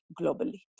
globally